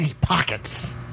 Pockets